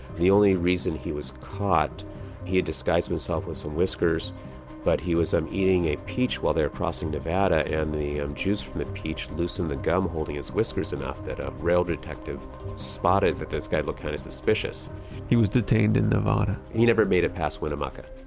the only reason he was caught he had disguised himself with some whiskers but he was um eating a peach while they were crossing nevada and the juice from the peach loosened the gum holding his whiskers enough that a rail detective spotted that this guy looked kind of suspicious he was detained in nevada he never made it past winnemucca